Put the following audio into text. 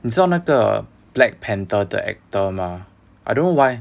你知道那个 black panther the actor 吗 I don't know why